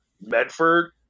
Medford